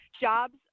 Jobs